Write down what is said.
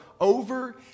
over